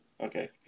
Okay